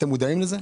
אתם מודעים לזה?